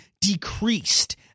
decreased